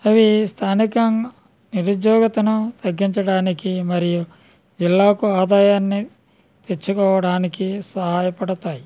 అవి స్థానికం నిరుద్యోగతను తగ్గించడానికి మరియు జిల్లాకు ఆదాయాన్ని తెచ్చుకోవడానికి సహాయపడతాయి